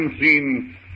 unseen